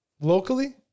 Locally